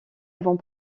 avant